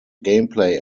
gameplay